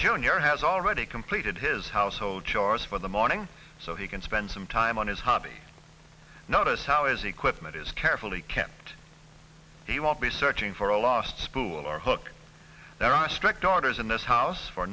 junior has already completed his household chores for the morning so he can spend some time on his hobby notice how as equipment is carefully kept he won't be searching for a lost spool or hook there are strict orders in this house for